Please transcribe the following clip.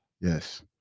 Yes